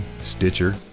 Stitcher